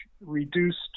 reduced